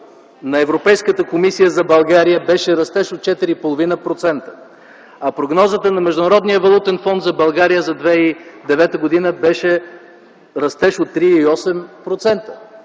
на Европейската комисия за България беше за растеж от 4,5%, а прогнозата на Международния валутен фонд за България за 2009 г. беше за растеж от 3,8%.